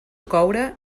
coure